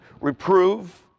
reprove